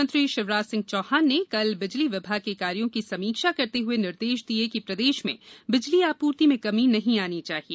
मुख्यमंत्री शिवराज सिंह चौहान ने कल बिजली विभाग के कार्यो की समीक्षा करते हुए निर्देश दिये कि प्रदेश में बिजली आपूर्ति में कमी नहीं आनी चाहिए